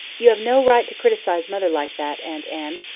you have no right to criticise mother like that, aunt anne,